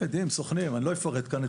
עדים, סוכנים, אני לא אפרט כאן,